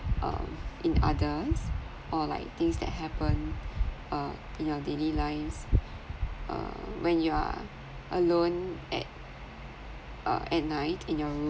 um in others or like things that happen uh in your daily lives uh when you are alone at uh at night in your room